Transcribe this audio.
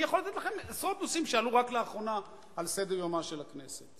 אני יכול לתת לכם עשרות נושאים שעלו רק לאחרונה על סדר-יומה של הכנסת.